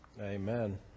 Amen